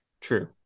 True